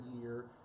year